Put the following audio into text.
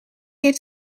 heeft